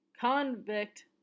Convict